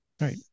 Right